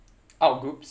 outgroups